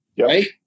Right